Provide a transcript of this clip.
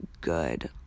good